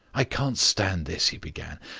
i can't stand this, he began,